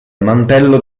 mantello